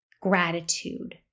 gratitude